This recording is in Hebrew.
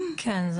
לכולם.